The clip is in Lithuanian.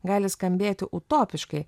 gali skambėti utopiškai